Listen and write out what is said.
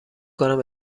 کنم